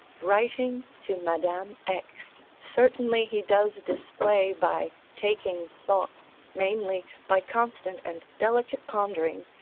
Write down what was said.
writing to madame x. certainly he does display, by taking thought mainly, by constant and delicate pondering,